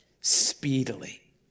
speedily